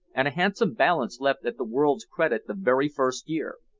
and a handsome balance left at the world's credit the very first year!